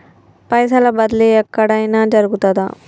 పైసల బదిలీ ఎక్కడయిన జరుగుతదా?